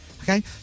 Okay